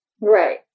Right